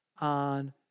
on